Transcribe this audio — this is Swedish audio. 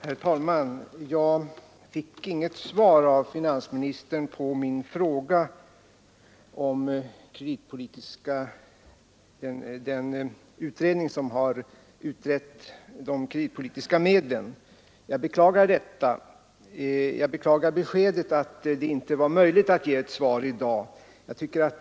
Herr talman! Jag fick inget egentligt svar av finansministern på min fråga om utredningen angående de kreditpolitiska medlen. Jag beklagar att det inte var möjligt att ge ett sådant svar i dag.